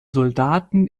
soldaten